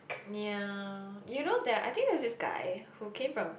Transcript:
ya you know there I think there's this guy who came from